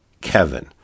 Kevin